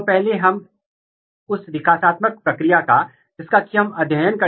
तो आपको उत्परिवर्ती फेनोटाइप के साथ एफ 1 पौधे मिलेगा